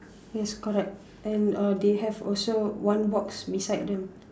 yes correct and uh they have also one box beside them